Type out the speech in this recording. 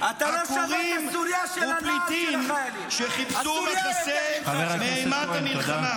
עקורים ופליטים שחיפשו מחסה מאימת המלחמה